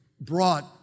brought